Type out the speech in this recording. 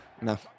No